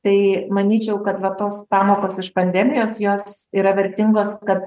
tai manyčiau kad va tos pamokos iš pandemijos jos yra vertingos kad